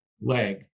leg